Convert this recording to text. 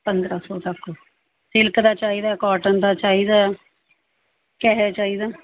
ਪੰਦਰ੍ਹਾਂ ਸੌ ਤੱਕ ਸਿਲਕ ਦਾ ਚਾਹੀਦਾ ਕੋਟਨ ਦਾ ਚਾਹੀਦਾ ਕਿਹੋ ਚਾਹੀਦਾ